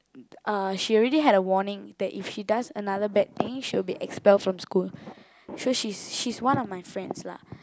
uh she already had a warning that if she does another bad thing she'll be expelled from school so she's she's one of my friends lah